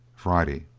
friday.